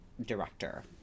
director